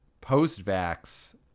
Post-vax